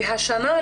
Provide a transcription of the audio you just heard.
והשנה,